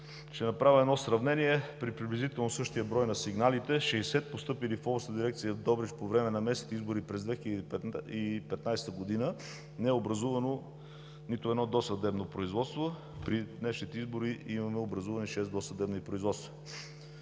Ще направя едно сравнение: при приблизително същия брой на сигналите – 60 постъпили в Областна дирекция – Добрич, по време на местните избори през 2015 г. не е образувано нито едно досъдебно производство. При днешните избори имаме образувани шест досъдебни производства.